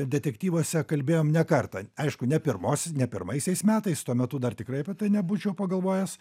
detektyvuose kalbėjom ne kartą aišku ne pirmos ne pirmaisiais metais tuo metu dar tikrai apie tai nebūčiau pagalvojęs